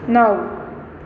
નવ